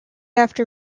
after